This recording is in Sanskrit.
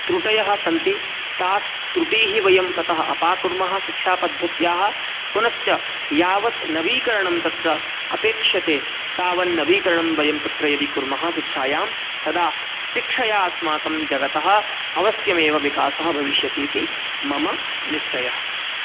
त्रुटयः सन्ति तास्त्रुटिः वयं ततः अपाकुर्मः शिक्षापद्धत्याः पुनश्च यावत् नवीकरणं तत्र अपेक्षते तावन्नवीकरणं वयं तत्र यदि कुर्मः शिक्षायां तदा शिक्षया अस्माकं जगतः अवश्यमेव विकासः भविष्यति इति मम निश्चयः